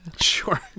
sure